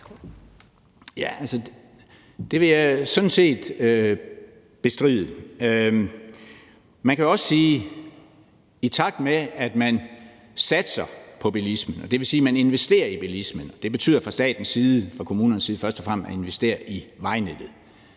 (EL): Det vil jeg sådan set bestride. Man kan jo også sige, at i takt med at man satser på bilisme, det vil sige, at man investerer i bilismen – og det betyder, at man først og fremmest fra statens og kommunernes side investerer i vejnettet